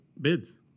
bids